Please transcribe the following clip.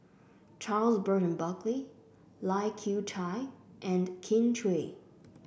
Charles Burton Buckley Lai Kew Chai and Kin Chui